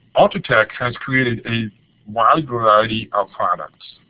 ultratec has created a wide variety of products.